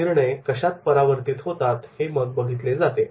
ते निर्णय कशात परावर्तित होतात हे बघितले जाते